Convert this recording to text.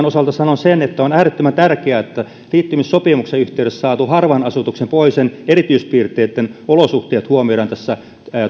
osalta sanon sen että on äärettömän tärkeää että liittymissopimuksen yhteydessä saatu harvan asutuksen ja pohjoisen erityispiirteitten olosuhteet huomioidaan